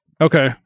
Okay